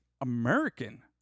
American